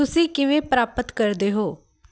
ਤੁਸੀਂ ਕਿਵੇਂ ਪ੍ਰਾਪਤ ਕਰਦੇ ਹੋ